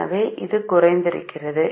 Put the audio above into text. எனவே இது குறைக்கிறது